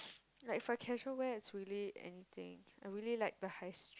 like for casual wear it's really anything I really like the high s~